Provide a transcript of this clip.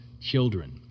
Children